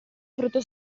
frutto